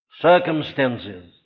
Circumstances